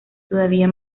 todavía